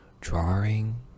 drawing